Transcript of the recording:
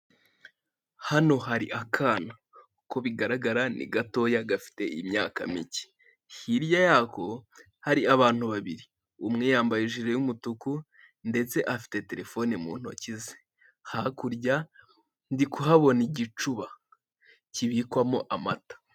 Hano hari akana uko bigaragara ni gatoya gafite imyaka mike, hirya y'aho hari abantu babiri, umwe yambaye ijire y'umutuku ndetse afite telefone mu ntoki ze, hakurya ndi kuhabona igicuba kibikwamo amata.